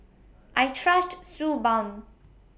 I Trust Suu Balm